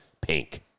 pink